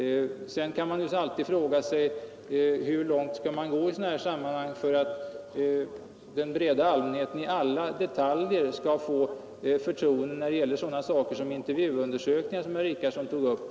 Sedan kan man alltid fråga sig hur långt man skall gå i sådana här sammanhang för att den breda allmänheten skall få förtroende i alla detaljer när det gäller sådana saker som intervjuundersökningar, som herr Richardson här tog upp.